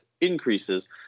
increases